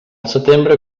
setembre